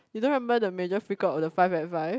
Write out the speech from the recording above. you don't remember the major freak out on the five and five